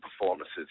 performances